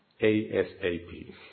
ASAP